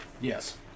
Yes